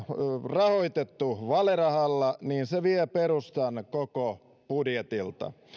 rahoitettu valerahalla se vie perustan koko budjetilta